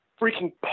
freaking